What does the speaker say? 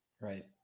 Right